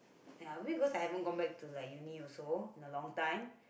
ya maybe I haven't gone back to like uni also in a long time